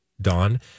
Dawn